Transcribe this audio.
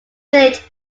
village